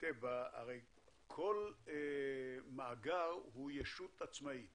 כל מאגר הוא ישות עצמאית